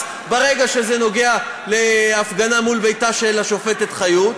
ברגע שזה נוגע להפגנה מול ביתה של השופטת חיות?